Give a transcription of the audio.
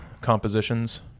compositions